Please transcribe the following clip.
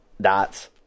dots